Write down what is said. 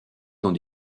dans